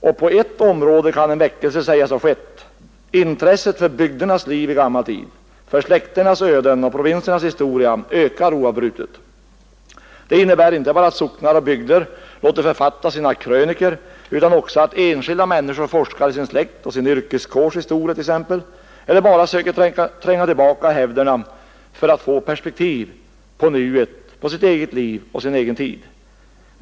Och på ett område kan en väckelse sägas ha skett; intresset för bygdernas liv i gammal tid, för släkternas öden och provinsernas historia ökar oavbrutet. Detta innebär inte bara att socknar och bygder låter författa sina krönikor utan också att enskilda människor forskar i sin släkts och yrkeskårs historia eller bara söker tränga tillbaka i hävderna för att få perspektiv på nuet, på sitt eget liv och sin egen tid.